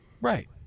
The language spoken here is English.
Right